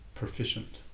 Proficient